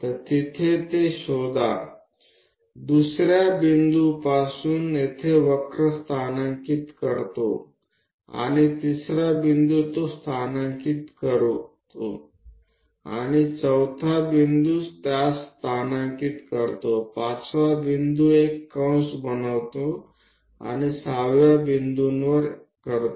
तर तिथे ते शोधा 2 ऱ्या बिंदूपासून येथे वक्र स्थानांकित करतो आणि तिसरा बिंदू तो स्थानांकित करतो आणि चौथा बिंदू त्यास स्थानांकित करतो 5 वा बिंदू एक कंस बनवितो आता 6 व्या बिंदूवर करतो